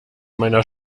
meiner